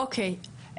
אוקי,